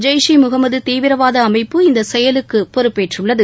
Jai she Mohammed தீவிரவாத அமைப்பு இந்த செயலுக்கு பொறுப்பேற்றுள்ளது